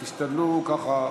תשתדלו, ככה,